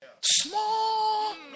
small